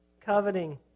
coveting